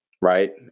right